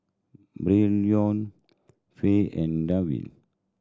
Braylon Fay and Dwain